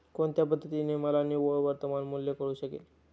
कोणत्या पद्धतीने मला निव्वळ वर्तमान मूल्य कळू शकेल?